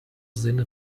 sinne